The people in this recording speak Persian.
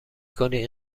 کنید